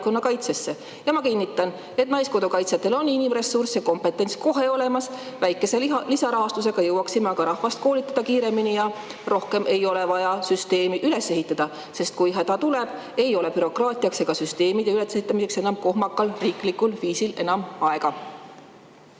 Ma kinnitan, et naiskodukaitsjatel on inimressurss ja kompetents kohe olemas, aga väikese lisarahastusega jõuaksime rahvast koolitada kiiremini. Rohkem ei ole vaja süsteemi üles ehitada, sest kui häda tuleb, ei ole bürokraatiaks ega süsteemide ülesehitamiseks kohmakalt riiklikul viisil enam aega.